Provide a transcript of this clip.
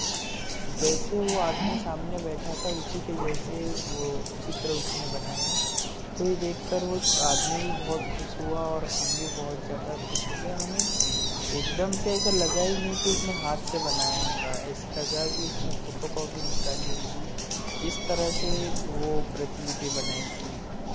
जैसे वो आदमी सामने बैठा था उसी के जैसे वो चित्र उसने बनाया तो ये देखकर वो आदमी भी बहुत खुश हुआ और हम भी बहुत ज़्यादा खुश हो गए हमें एकदम से ऐसा लगा ही नहीं कि उसने हाथ से बनाया होगा ऐसे लगा कि उसने फ़ोटो कॉपी निकाली होगी इस तरह से वो प्रतिलिपी बनाई थी